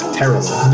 terrible